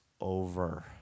over